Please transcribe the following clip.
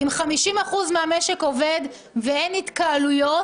אם 50% מהמשק עובד ואין התקהלויות,